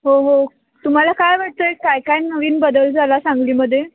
हो हो तुम्हाला काय वाटतं आहे काय काय नवीन बदल झाला सांगलीमध्ये